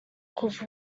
kuva